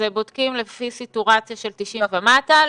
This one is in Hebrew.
בודקים לפי סטורציה של 90 ומטה.